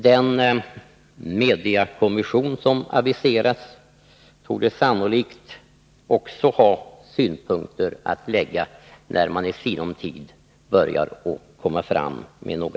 Den mediekommission som aviserats torde sannolikt också ha synpunkter att anlägga när den i sinom tid börjar komma med förslag.